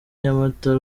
nyamata